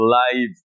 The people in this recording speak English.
life